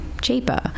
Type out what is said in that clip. cheaper